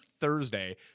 thursday